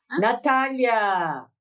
natalia